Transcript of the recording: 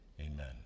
Amen